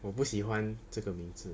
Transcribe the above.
我不喜欢这个名字